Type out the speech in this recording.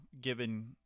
given